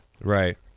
right